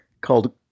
called